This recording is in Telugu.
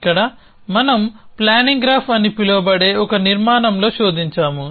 ఇక్కడ మనం ప్లానింగ్ గ్రాఫ్ అని పిలువబడే ఒక నిర్మాణంలో శోధించాము